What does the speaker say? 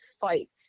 fight